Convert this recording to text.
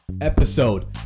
episode